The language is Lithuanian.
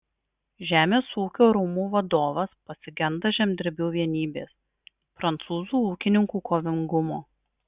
žemės ūkio rūmų vadovas pasigenda žemdirbių vienybės prancūzų ūkininkų kovingumo